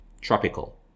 tropical